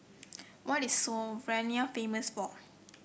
what is Slovenia famous for